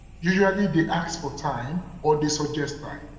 usually they ask for time or they suggest time.